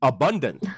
Abundant